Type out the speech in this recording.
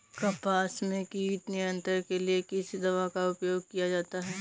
कपास में कीट नियंत्रण के लिए किस दवा का प्रयोग किया जाता है?